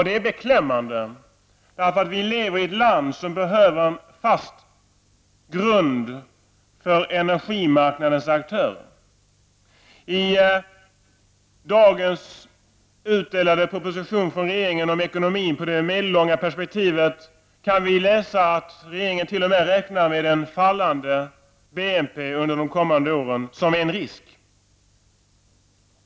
Det är beklämmande, för vi lever i ett land som behöver en fast grund för energimarknadens aktörer. I den i dag utdelade propositionen från regeringen om ekonomin i det medellånga perspektivet kan vi läsa att regeringen t.o.m. räknar med fallande BNP under de kommande åren som en risk.